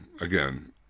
Again